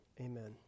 Amen